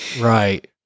right